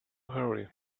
hurry